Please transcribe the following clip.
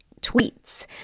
tweets